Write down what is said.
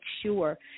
sure